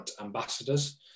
ambassadors